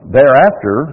Thereafter